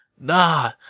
Nah